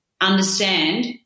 understand